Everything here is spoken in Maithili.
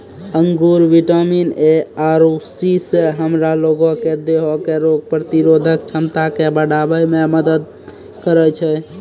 अंगूर विटामिन ए आरु सी से हमरा लोगो के देहो के रोग प्रतिरोधक क्षमता के बढ़ाबै मे मदत करै छै